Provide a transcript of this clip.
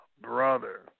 brother